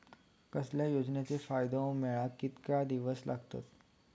कसल्याय योजनेचो फायदो मेळाक कितको वेळ लागत?